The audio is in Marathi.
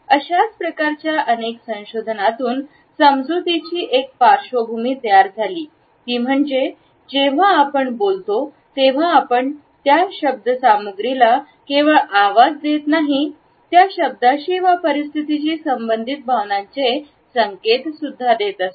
अशाच प्रकारच्या अनेक संशोधनातून समजुतीची एक पार्श्वभूमी तयार झाली ती म्हणजे जेव्हाआपण बोलतो तेव्हा आपण त्या शब्द सामग्रीला केवळ आवाज देत नाही त्या शब्दाशी वा परिस्थितीशी संबंधित भावनांचे संकेत सुद्धा देत असतो